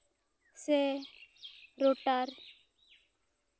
ᱥᱮ ᱨᱳᱴᱟᱨ